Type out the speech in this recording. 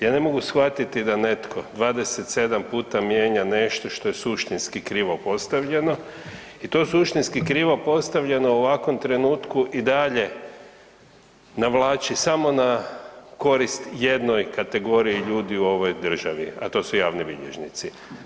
Ja ne mogu shvatiti da netko 27 puta mijenja nešto što je suštinski krivo postavljeno i to suštinski krivo postavljeno u ovakvom trenutku i dalje navlači samo na korist jednoj kategoriji ljudi u ovoj državi, a to su javni bilježnici.